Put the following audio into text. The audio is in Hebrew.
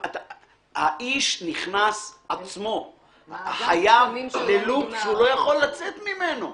החייב נכנס ללופ שהוא לא יכול לצאת ממנו.